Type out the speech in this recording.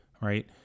Right